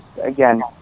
again